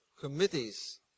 committees